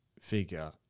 figure